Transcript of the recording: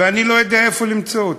ואני לא יודע איפה למצוא אותם,